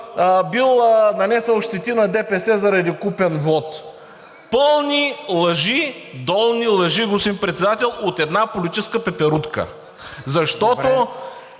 бил нанесъл щети на ДПС заради купен вот! Пълни лъжи, долни лъжи, господин Председател, от една политическа пеперудка! Защото